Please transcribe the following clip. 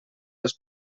els